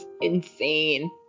insane